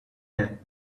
there